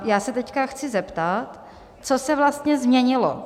A já se teď chci zeptat, co se vlastně změnilo.